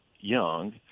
young